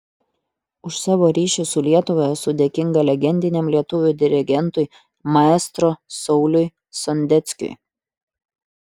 už savo ryšį su lietuva esu dėkingas legendiniam lietuvių dirigentui maestro sauliui sondeckiui